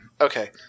okay